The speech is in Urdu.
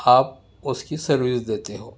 آپ اس کی سروس دیتے ہو